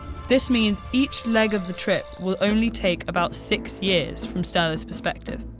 this means each leg of the trip will only take about six years from stella's perspective.